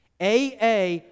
AA